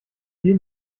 viel